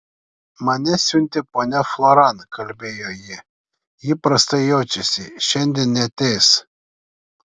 mane siuntė ponia floran kalbėjo ji ji prastai jaučiasi šiandien neateis